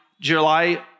July